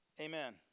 Amen